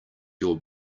your